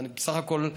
בסך הכול,